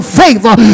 favor